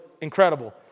incredible